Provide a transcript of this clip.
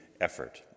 effort